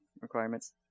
requirements